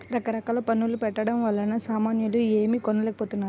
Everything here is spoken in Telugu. రకరకాల పన్నుల పెట్టడం వలన సామాన్యులు ఏమీ కొనలేకపోతున్నారు